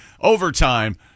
Overtime